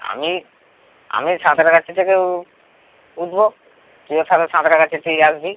আমি আমি সাঁতরাগাছি থেকে উ উঠবো তুইও সারে সাঁতরাগাছি থেকে আসবি